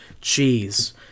cheese